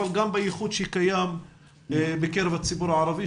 אבל גם בייחוד שקיים בקרב הציבור הערבי,